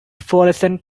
florescent